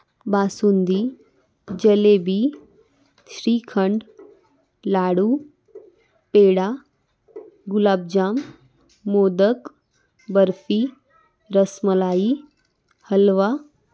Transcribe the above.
basundi jalebi shrikhand laddoo peda gulab jamun modak barfi rasmalai हलवा